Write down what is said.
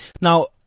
Now